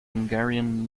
hungarian